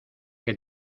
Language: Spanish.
que